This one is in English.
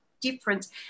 difference